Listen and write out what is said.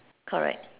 correct